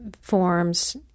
forms